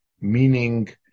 meaning